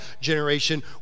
generation